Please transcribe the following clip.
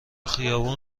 خیابون